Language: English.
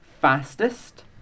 fastest